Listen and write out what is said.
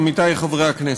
עמיתי חברי הכנסת,